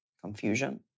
confusion